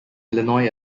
illinois